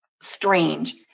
strange